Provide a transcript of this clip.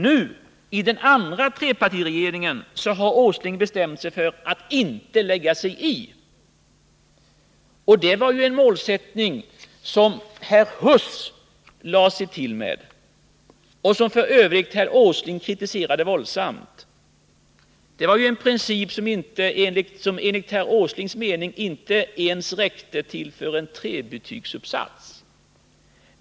Nu, i den andra trepartiregeringen, har Nils Åsling bestämt sig för att inte lägga sig i. Det var ju en målsättning som herr Huss lade sig till med och som f. ö. herr Åsling kritiserade våldsamt. Det var en princip som enligt herr Åslings mening inte ens räckte till för en trebetygsuppsats.